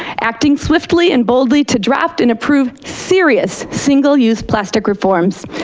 acting swiftly and boldly to draft and approve serious single-use plastic reforms.